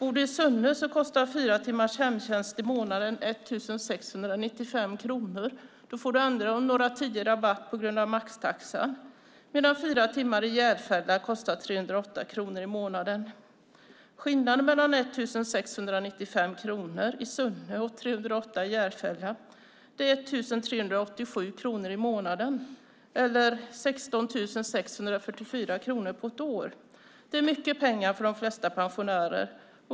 I Sunne kostar då fyra timmars hemtjänst i månaden 1 695 kronor. Då får man ändå några tior i rabatt på grund av maxtaxa. Fyra timmar i Järfälla kostar 308 kronor i månaden. Skillnaden mellan 1 695 kronor i Sunne och 308 kronor i Järfälla är 1 387 kronor i månaden, eller 16 644 kronor på ett år. Det är mycket pengar för de flesta pensionärer.